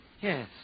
Yes